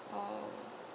oh